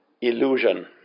Illusion